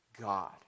god